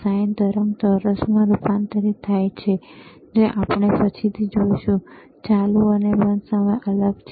sin તરંગ ચોરસમાં રૂપાંતરિત થાય છે જે આપણે પછીથી જોઈશું ચાલુ અને બંધ સમય અલગ છે